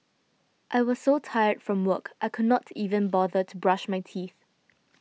I was so tired from work I could not even bother to brush my teeth